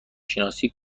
شناسی